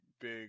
big